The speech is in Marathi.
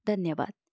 धन्यवाद